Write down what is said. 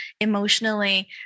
emotionally